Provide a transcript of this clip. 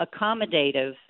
accommodative